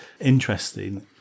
interesting